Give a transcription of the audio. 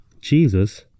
Jesus